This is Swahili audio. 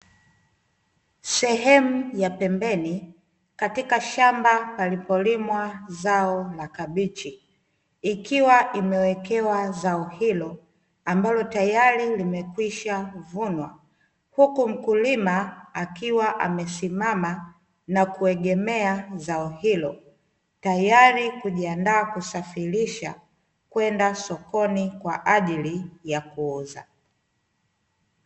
Sehemu ya pembeni katika shamba lililolimwaa zao la kabichi, ikiwa imewekewa zao hilo ambalo tayari limekwisha vunwa, huku mkulima akiwa amesimama na kugemea zao hilo tayari kujiandaa kusafirisha kwenda sokoni kwaajili ya kuuza.